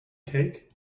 cake